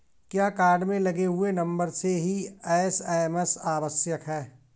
क्या कार्ड में लगे हुए नंबर से ही एस.एम.एस आवश्यक है?